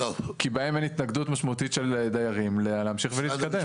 כי בהם אין התנגדות משמעותית של דיירים להמשיך ולהתקדם.